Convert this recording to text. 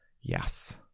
Yes